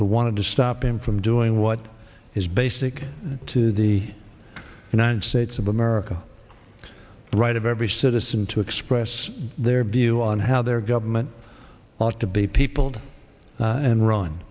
who wanted to stop him from doing what is basic to the united states of america the right of every citizen to express their view on how their government ought to be people